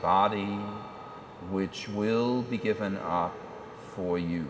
body which will be given off for you